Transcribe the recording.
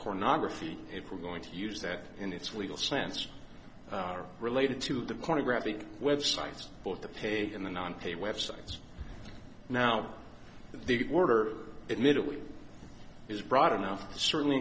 pornography if we're going to use that in its legal sense related to the corner graphic websites both the pay and the non pay web sites now the border admittedly is broad enough certainly